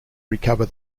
recover